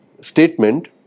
statement